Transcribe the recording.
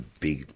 big